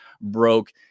broke